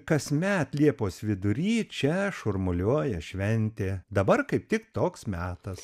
kasmet liepos vidury čia šurmuliuoja šventė dabar kaip tik toks metas